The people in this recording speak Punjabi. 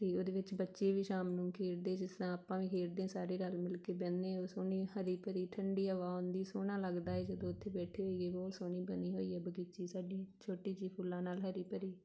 ਅਤੇ ਉਹਦੇ ਵਿੱਚ ਬੱਚੇ ਵੀ ਸ਼ਾਮ ਨੂੰ ਖੇਡ ਦੇ ਜਿਸ ਤਰ੍ਹਾਂ ਆਪਾਂ ਵੀ ਖੇਡਦੇ ਸਾਰੇ ਰਲ ਮਿਲ ਕੇ ਬਹਿੰਦੇ ਉਹ ਸੋਹਣੀ ਹਰੀ ਭਰੀ ਠੰਡੀ ਹਵਾ ਆਉਂਦੀ ਸੋਹਣਾ ਲੱਗਦਾ ਹੈ ਜਦੋਂ ਉੱਥੇ ਬੈਠੇ ਹੋਈਏ ਬਹੁਤ ਸੋਹਣੀ ਬਣੀ ਹੋਈ ਹੈ ਬਗੀਚੀ ਸਾਡੀ ਛੋਟੀ ਜਿਹੀ ਫੁੱਲਾਂ ਨਾਲ ਹਰੀ ਭਰੀ